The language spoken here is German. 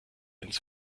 ins